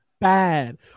bad